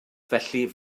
felly